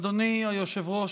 אדוני היושב-ראש,